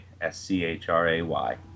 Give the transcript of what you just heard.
S-C-H-R-A-Y